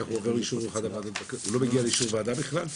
הוא לא מגיע לאישור ועדה בכלל?